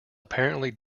apparently